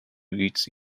its